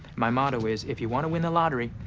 my motto is if you wanna win the lottery,